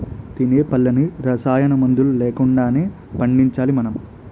తినే పళ్ళన్నీ రసాయనమందులు లేకుండానే పండించాలి మనం